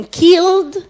killed